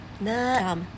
No